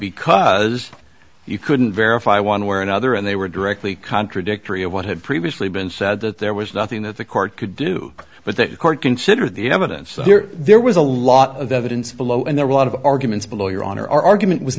because you couldn't verify one way or another and they were directly contradictory of what had previously been said that there was nothing that the court could do but that court considered the evidence there was a lot of evidence below and there were a lot of arguments below your honor our argument w